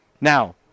Now